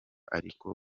ariko